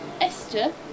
Esther